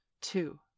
Two